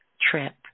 trip